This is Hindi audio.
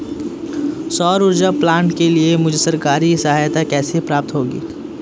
सौर ऊर्जा प्लांट के लिए मुझे सरकारी सहायता कैसे प्राप्त होगी?